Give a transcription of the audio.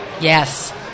Yes